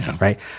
Right